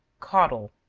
caudle.